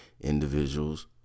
individuals